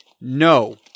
No